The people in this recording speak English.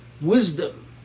wisdom